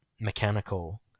mechanical